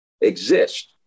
exist